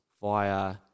via